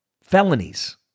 felonies